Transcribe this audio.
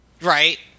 Right